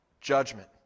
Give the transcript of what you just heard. judgment